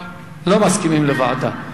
לא מסכימים לוועדה.